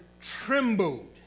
trembled